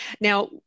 now